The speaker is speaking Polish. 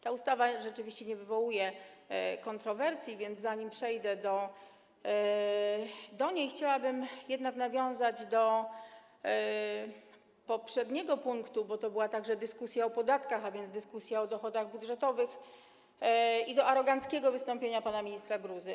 Ta ustawa rzeczywiście nie wywołuje kontrowersji, więc zanim przejdę do niej, chciałabym nawiązać do poprzedniego punktu - bo w tym punkcie także była dyskusja o podatkach, a więc dyskusja o dochodach budżetowych - i do aroganckiego wystąpienia pana ministra Gruzy.